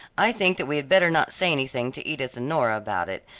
i think that we had better not say anything to edith and nora about it,